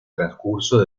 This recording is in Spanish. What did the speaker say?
transcurso